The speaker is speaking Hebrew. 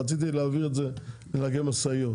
רציתי להעביר את זה לנהגי משאיות,